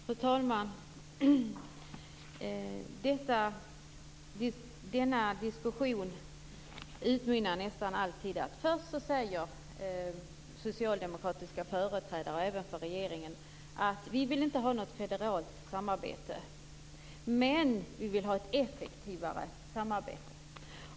Fru talman! Denna diskussion utmynnar nästan alltid i att företrädare för Socialdemokraterna och även för regeringen säger att man inte vill ha något federalt samarbete, men man vill ha ett effektivare samarbete.